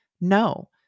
No